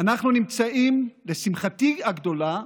אנחנו נמצאים, לשמחתי הגדולה,